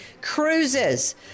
cruises